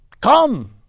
Come